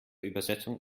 übersetzung